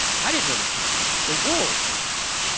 i didn't really change. the world changed.